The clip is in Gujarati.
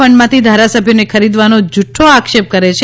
ફંડમાંથી ધારાસભ્યોને ખરીદવાનો જૂઠો આક્ષેપ કરે છે